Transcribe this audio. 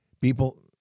People